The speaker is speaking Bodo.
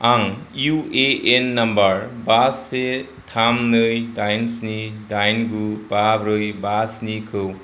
आं इउ ए एन नाम्बार बा से थाम नै दाइन स्नि दाइन गु बा ब्रै बा स्नि खौ